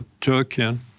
Turkey